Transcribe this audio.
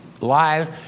lives